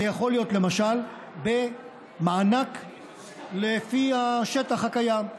זה יכול להיות למשל במענק לפי השטח הקיים,